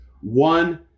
One